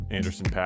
Anderson